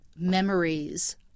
Memories